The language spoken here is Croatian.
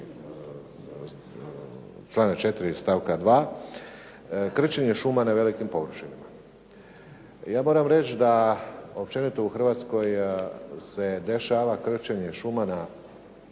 plana 4 stavka 2. krčenje šuma na velikim površinama. Ja moram reći da općenito u Hrvatskoj se dešava krčenje šuma